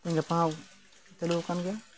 ᱛᱮᱦᱮᱧ ᱜᱟᱯᱟ ᱦᱚᱸ ᱪᱟᱹᱞᱩᱣᱟᱠᱟᱱ ᱜᱮᱭᱟ